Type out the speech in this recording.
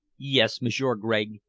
yes, m'sieur gregg,